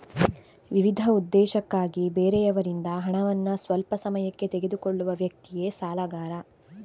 ವಿವಿಧ ಉದ್ದೇಶಕ್ಕಾಗಿ ಬೇರೆಯವರಿಂದ ಹಣವನ್ನ ಸ್ವಲ್ಪ ಸಮಯಕ್ಕೆ ತೆಗೆದುಕೊಳ್ಳುವ ವ್ಯಕ್ತಿಯೇ ಸಾಲಗಾರ